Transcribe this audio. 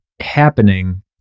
happening